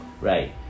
Right